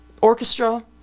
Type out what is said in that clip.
orchestra